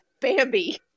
Bambi